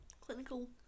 clinical